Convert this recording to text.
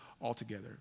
altogether